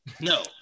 No